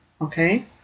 okay